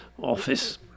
Office